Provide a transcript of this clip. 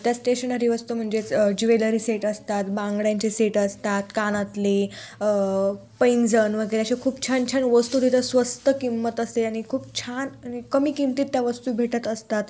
त्या स्टेशनरी वस्तू म्हणजेच ज्वेलरी सेट असतात बांगड्यांचे सेट असतात कानातले पैंजण वगैरे असे खूप छान छान वस्तू तिथं स्वस्त किंमत असते आणि खूप छान आणि कमी किमतीत त्या वस्तू भेटत असतात